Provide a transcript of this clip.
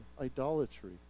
idolatry